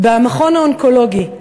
במכון האונקולוגי,